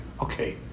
Okay